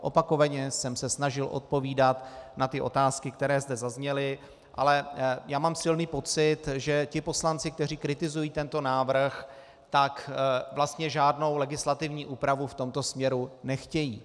Opakovaně jsem se snažil odpovídat na otázky, které zde zazněly, ale mám silný pocit, že ti poslanci, kteří kritizují tento návrh, vlastně žádnou legislativní úpravu v tomto směru nechtějí.